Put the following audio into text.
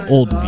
Old